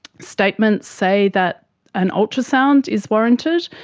statements say that an ultrasound is warranted,